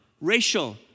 racial